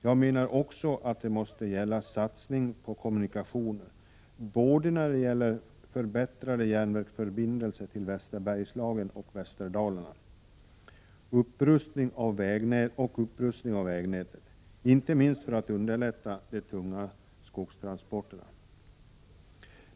Jag menar också att det måste gälla satsning på kommunikationer, både förbättrade järnvägsförbindelser till Västerbergslagen och Västerdalarna och upprustning av vägnätet, inte minst för att underlätta de tunga skogstransporterna.